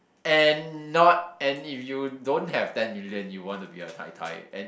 and not and if you don't have ten million you want to be a tai tai and